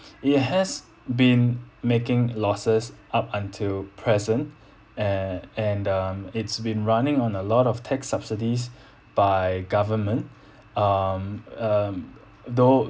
it has been making losses up until present an~ and um it's been running on a lot of tax subsidies by government um um though